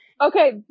Okay